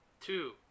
Two